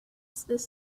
this